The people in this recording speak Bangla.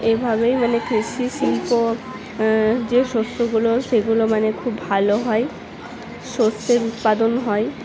এইভাবেই মানে কৃষি শিল্প যে শস্যগুলো সেগুলো মানে খুব ভালো হয় শস্যের উৎপাদন হয়